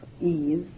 ease